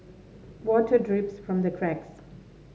water drips from the cracks